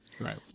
Right